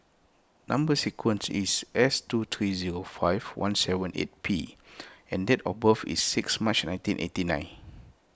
Number Sequence is S two three zero five one seven eight P and date of birth is six March nineteen eighty nine